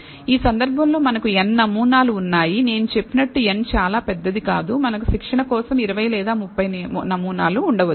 ఈ సందర్భంలో మనకు n నమూనాలు ఉన్నాయి నేను చెప్పినట్లు n చాలా పెద్దది కాదు మనకు శిక్షణ కోసం 20 లేదా 30 నమూనాలు ఉండవచ్చు